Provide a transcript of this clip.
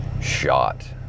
shot